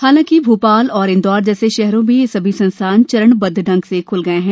हालांकि भोपाल और इंदौर जैसे शहरों में ये सभी संस्थान चरणबद्ध ढंग से खुल गये हैं